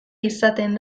izaten